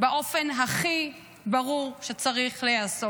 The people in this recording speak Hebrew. באופן הכי ברור שצריך להיעשות.